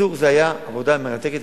בקיצור זו היתה עבודה מרתקת,